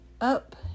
up